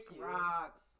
rocks